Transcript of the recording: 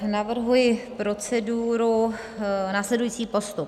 Navrhuji proceduru, následující postup: